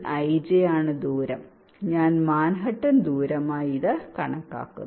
Dij ആണ് ദൂരം ദൂരം ഞാൻ മാൻഹട്ടൻ ദൂരമായി കണക്കാക്കുന്നു